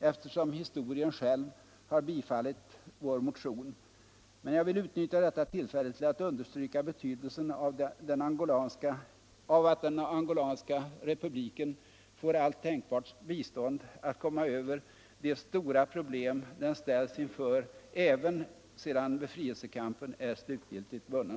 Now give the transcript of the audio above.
eftersom historien själv har bifallit vår motion. Men jag ville utnyttja detta tillfälle till att understryka betydelsen av att den angolanska republiken får allt tänkbart bistånd för att komma över de oerhörda problem som den ställs inför även sedan befrielsekampen är slutgiltigt vunnen.